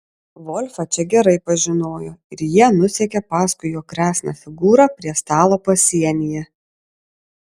volfą čia gerai pažinojo ir jie nusekė paskui jo kresną figūrą prie stalo pasienyje